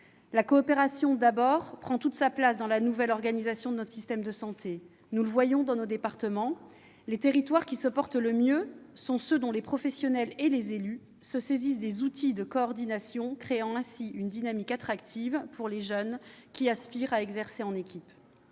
La coopération, d'abord, prend toute sa place dans la nouvelle organisation de notre système de santé. Nous le voyons dans nos départements, les territoires qui se portent le mieux sont ceux dont les professionnels et les élus se saisissent des outils de coordination, créant ainsi une dynamique attractive pour les jeunes qui aspirent à exercer en équipe.